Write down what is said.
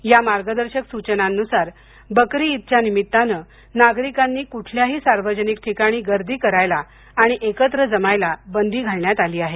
या मार्गदर्शक सूचनांनुसार बकरी ईदच्या निमित्तानं नागरिकांनी कुठल्याही सार्वजनिक ठिकाणी गर्दी करायला आणि एकत्र जमायला बंदी घालण्यात आहे